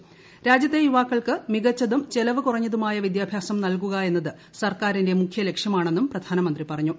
ലഭ്യമാകുമെന്ന് രാജ്യത്തെ യുവാക്കൾക്ക് മികച്ചതും ചിലവു കുറഞ്ഞതുമായ വിദ്യാഭ്യാസം നൽകുക എന്നത് സർക്കാരിന്റെ മുഖ്യ ലക്ഷ്യമാണെന്നും പ്രധാനമന്ത്രി പറഞ്ഞു